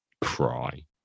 cry